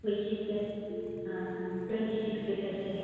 ꯑꯩꯈꯣꯏꯁꯤ date twenty ꯁꯤꯛꯁꯇ ꯆꯠꯁꯦ